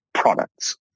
Products